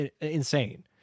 insane